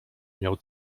miał